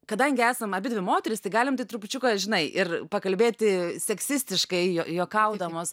kadangi esam abidvi moterys tai galim tai trupučiuką žinai ir pakalbėti seksistiškai juokaudamos